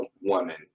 woman